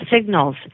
signals